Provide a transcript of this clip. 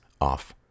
off